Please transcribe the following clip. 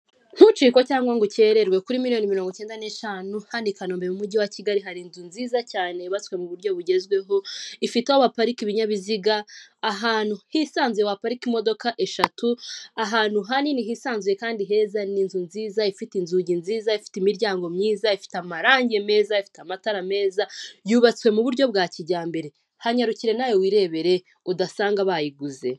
Ntucikwe cyangwa ngo ukererwe kuri miliyoni mirongo icyenda neshanu hano i Kanombe mu mujyi wa Kigali hari inzu nziza cyane yubatswe mu buryo bugezweho ifite aho baparika ibinyabiziga ahantu hisanzuye wakoreka imodoka eshatu ahantu hanini hisanzuye kandi heza n'inzu nziza, ifite inzugi nziza, ifite imiryango myiza, ifite amarangi meza, afite amatara meza, yubatse mu buryo bwa kijyambere hanyarukire nawe wirebere udasanga bayiguze.